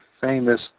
famous